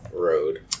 road